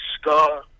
Scar